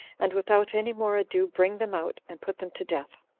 and without any more ado bring them out, and put them to death.